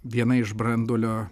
viena iš branduolio